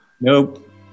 Nope